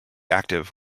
active